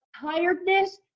tiredness